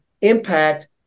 impact-